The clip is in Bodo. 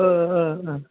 ओ ओ ओ